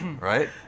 right